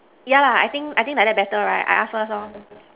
yeah lah I think I think like that better right I ask first so